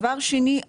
דבר שני,